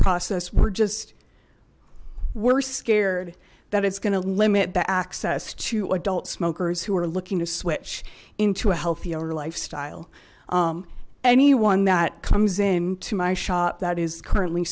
process we're just were scared that it's going to limit the access to adult smokers who are looking to switch into a healthier lifestyle anyone that comes in to my shop that is currently